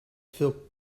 veel